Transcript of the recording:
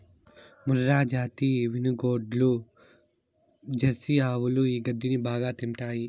మూర్రాజాతి వినుగోడ్లు, జెర్సీ ఆవులు ఈ గడ్డిని బాగా తింటాయి